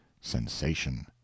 sensation